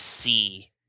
see